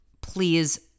please